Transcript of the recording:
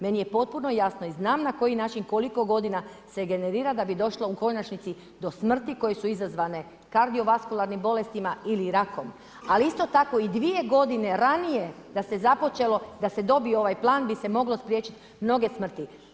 Meni je potpuno jasno i znam na koji način, koliko godina se generira da bi došlo u konačnici do smrti koje su izazvane kardiovaskularnim bolestima ili rakom ali isto tako i 2 g. ranije da se započelo da se dobije ovaj plan bi se moglo spriječiti mnoge smrti.